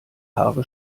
haare